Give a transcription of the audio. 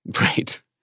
Right